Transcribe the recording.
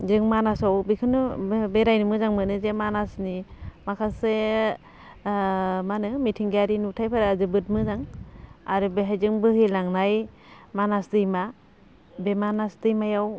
जों मानासाव बेखौनो बे बेरायनो मोजां मोनो जे मानासनि माखासे मा होनो मिथिंगायारि नुथायफोरा जोबोद मोजां आरो बेहाय जों बोहैलांनाय मानास दैमा बे मानास दैमायाव